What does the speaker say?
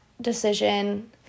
decision